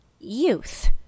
youth